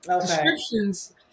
Descriptions